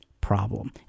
problem